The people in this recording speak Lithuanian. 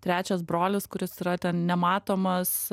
trečias brolis kuris yra ten nematomas